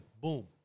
boom